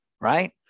right